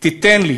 תיתן לי